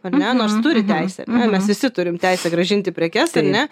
ar ne nors turi teisę ar ne mes visi turim teisę grąžinti prekes ar ne